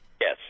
Yes